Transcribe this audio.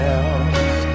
else